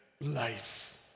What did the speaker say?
lives